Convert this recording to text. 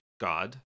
God